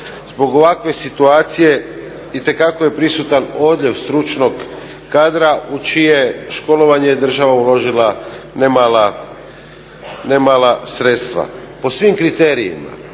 Zbog ovakve situacije itekako je prisutan odljev stručnog kadra u čije školovanje je država uložila ne mala sredstva. Po svim kriterijima